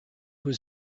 was